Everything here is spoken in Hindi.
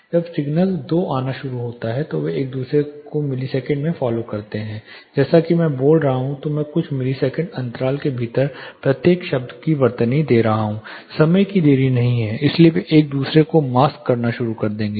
जब सिग्नल दो आना शुरू होता है तो वे एक दूसरे को मिलीसेकेंड में फॉलो करते हैं जैसे कि जब मैं बात कर रहा हूं तो मैं कुछ मिलीसेकेंड अंतराल के भीतर प्रत्येक शब्द को वर्तनी दे रहा हूं समय की देरी नहीं है इसलिए वे एक दूसरे को मास्क करना शुरू कर देंगे